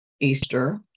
Easter